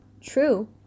True